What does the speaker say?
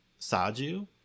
Saju